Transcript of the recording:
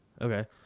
Okay